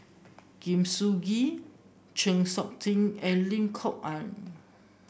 Sun Gee Chng Seok Tin and Lim Kok Ann